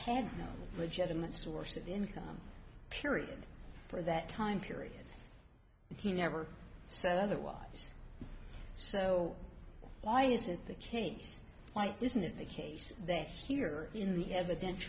had no legitimate source of income period for that time period he never said otherwise so why is that the case why isn't it the case that here in the evidence